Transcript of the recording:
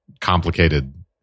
complicated